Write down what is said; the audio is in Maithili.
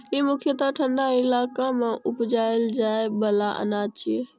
ई मुख्यतः ठंढा इलाका मे उपजाएल जाइ बला अनाज छियै